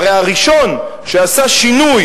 הרי הראשון שעשה שינוי